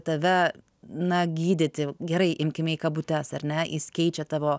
tave na gydyti gerai imkime į kabutes ar ne jis keičia tavo